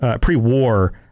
pre-war